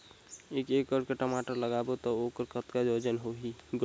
एक एकड़ म टमाटर लगाबो तो ओकर कतका वजन होही ग?